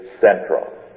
central